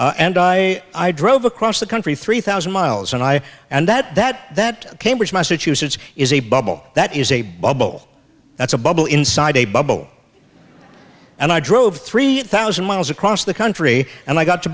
anonymous and i i drove across the country three thousand miles and i and that that that cambridge massachusetts is a bubble that is a bubble that's a bubble inside a bubble and i drove three thousand miles across the country and i got to